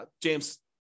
James